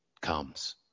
comes